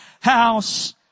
house